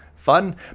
Fun